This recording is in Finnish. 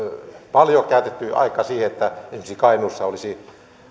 paljon käytetty aikaa siihen että esimerkiksi kainuussa olisi